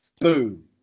Boom